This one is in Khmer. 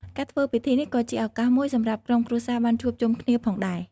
ការធ្វើពិធីនេះក៏ជាឱកាសមួយសម្រាប់ក្រុមគ្រួសារបានជួបជុំគ្នាផងដែរ។